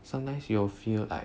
sometimes you will feel like